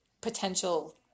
potential